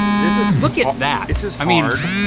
this is look at that. this is i mean hard.